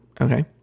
okay